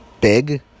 big